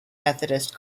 methodist